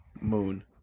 moon